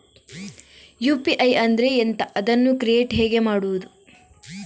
UPI ಅಂದ್ರೆ ಎಂಥ? ಅದನ್ನು ಕ್ರಿಯೇಟ್ ಹೇಗೆ ಮಾಡುವುದು?